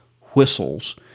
whistles